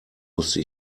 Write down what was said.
musste